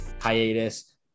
hiatus